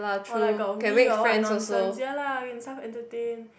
or got like Wii or what nonsense ya lah can self entertain